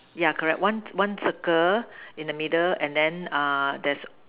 yeah correct one one circle in the middle and then uh there's